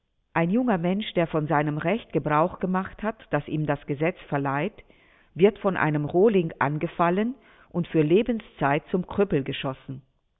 ein junger mensch der von seinem recht gebrauch gemacht hat das ihm das gesetz verleiht wird von einem rohling angefallen und für lebenszeit zum krüppel geschossen